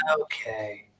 okay